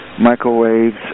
microwaves